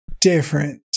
different